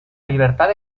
libertad